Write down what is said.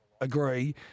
agree